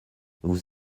vous